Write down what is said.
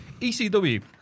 ECW